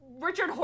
Richard